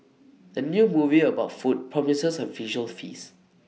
the new movie about food promises A visual feast